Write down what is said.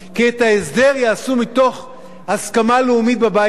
כי את ההסדר יעשו מתוך הסכמה לאומית בבית הזה,